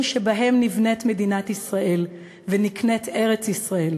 שבהם נבנית מדינת ישראל ונקנית ארץ-ישראל,